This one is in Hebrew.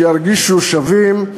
שירגישו שווים,